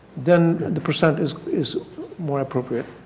then the percent is is more appropriate.